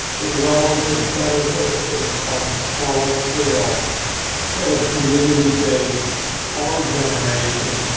the relative benefits of of small scale sort of community based are generation.